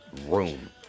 room